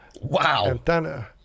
Wow